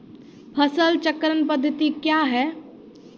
फसल चक्रण पद्धति क्या हैं?